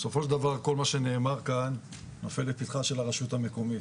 בסופו של דבר כל מה שנאמר כאן נופל לפתחה של הרשות המקומית,